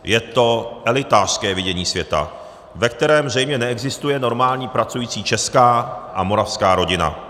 Je to elitářské vidění světa, ve kterém zřejmě neexistuje normální pracující česká a moravská rodina.